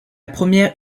première